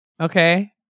okay